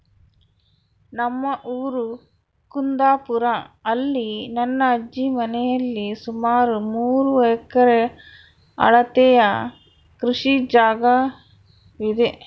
ನಮ್ಮ ಊರು ಕುಂದಾಪುರ, ಅಲ್ಲಿ ನನ್ನ ಅಜ್ಜಿ ಮನೆಯಲ್ಲಿ ಸುಮಾರು ಮೂರು ಎಕರೆ ಅಳತೆಯ ಕೃಷಿ ಜಾಗವಿದೆ